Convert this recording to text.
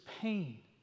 pain